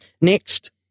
Next